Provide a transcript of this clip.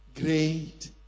Great